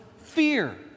fear